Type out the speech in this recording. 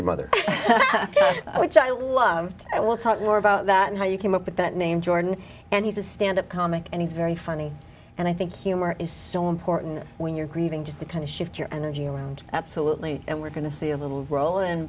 your mother which i loved i will talk more about that and how you came up with that name jordan and he's a stand up comic and he's very funny and i think humor is so important when you're grieving just the kind of shift your energy around absolutely and we're going to see a little rol